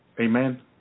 amen